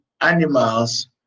animals